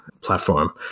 platform